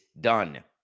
done